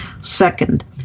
Second